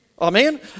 Amen